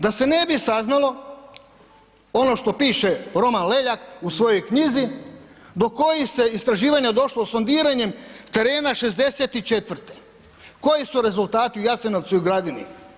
Da se ne bi saznalo ono što piše Roman Leljak u svojoj knjizi do kojih se istraživanja došlo sondiranjem terena 64.-e. Koji su rezultati u Jasenovcu i Gradini?